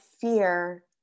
fear